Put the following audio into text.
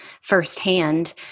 firsthand